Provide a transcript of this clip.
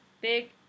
Big